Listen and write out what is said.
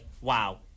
wow